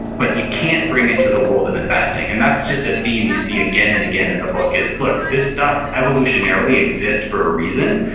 but you can't bring it to the world of investing. and that's just a theme we see again and again in the book is, look, this stuff evolutionarily exists for a reason,